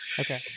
Okay